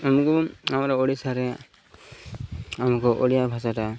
ଆମକୁ ଆମର ଓଡ଼ିଶାରେ ଆମକୁ ଓଡ଼ିଆ ଭାଷାଟା